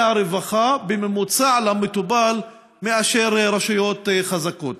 הרווחה בממוצע למטופל מאשר רשויות חזקות.